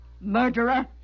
murderer